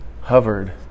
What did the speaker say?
hovered